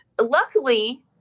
Luckily